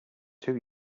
too